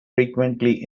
frequently